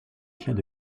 éclats